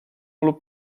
lub